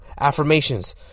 affirmations